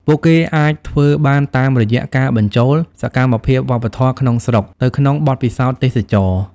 ពួកគេអាចធ្វើបានតាមរយៈការបញ្ចូល សកម្មភាពវប្បធម៌ក្នុងស្រុក ទៅក្នុងបទពិសោធន៍ទេសចរណ៍។